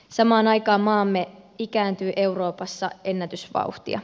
samaan aikaan maamme ikääntyy euroopassa ennätysvauhtia